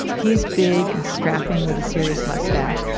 he's big and strapping with a serious mustache.